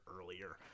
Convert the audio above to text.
earlier